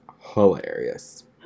hilarious